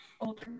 older